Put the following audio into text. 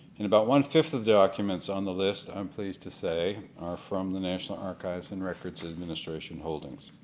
and about one fifth of the documents on the list, i am pleased to say, are from the national archives and records administration holdings.